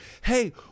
Hey